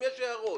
יש הערות?